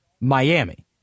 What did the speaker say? Miami